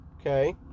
Okay